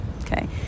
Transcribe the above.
okay